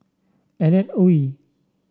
Alan Oei